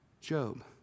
Job